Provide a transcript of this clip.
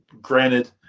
Granted